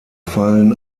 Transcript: fallen